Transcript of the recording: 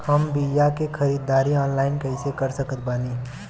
हम बीया के ख़रीदारी ऑनलाइन कैसे कर सकत बानी?